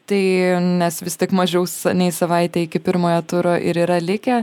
tai nes vis tiek mažiaus nei savaitę iki pirmojo turo ir yra likę